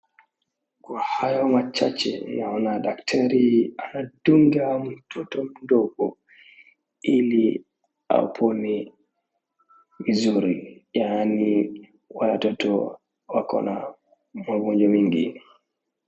Kwa hayo machache naona daktari anadunga mtoto mdogo ili apone vizuri, yaani watoto wako na magonjwa mingi.